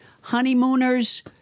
honeymooners